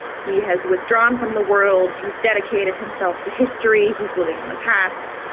he has withdrawn from the world. he's dedicated himself to history. he's living in the past.